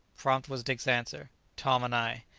prompt was dick's answer tom and i.